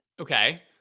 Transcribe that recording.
Okay